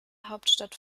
hauptstadt